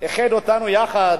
איחד אותנו יחד.